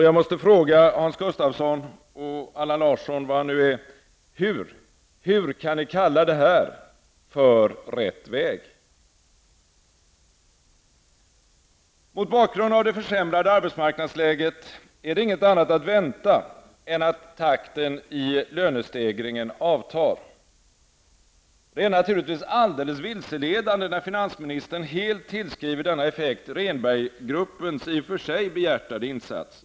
Jag måste fråga Hans Gustafsson och Allan Larsson: Hur kan ni kalla detta för rätt väg? Mot bakgrund av det försämrade arbetsmarknadsläget är det inget annat att vänta än att takten i lönestegringen avtar. Det är naturligtvis alldeles vilseledande, när finansministern helt tillskriver denna effekt Rehnberg-gruppens i och för sig behjärtade insatser.